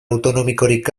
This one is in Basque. autonomikorik